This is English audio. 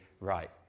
right